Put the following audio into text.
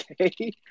Okay